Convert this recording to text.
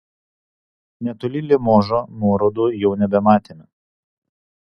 netoli limožo nuorodų jau nebematėme